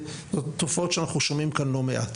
ואלה תופעות שאנחנו שומעים כאן לא מעט.